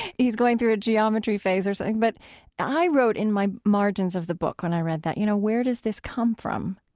he's going through a geometry phase or something. but i wrote in my margins of the book, when i read that, you know, where does this come from?